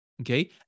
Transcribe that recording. okay